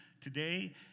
today